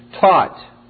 taught